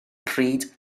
pryd